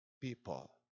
people